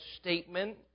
statement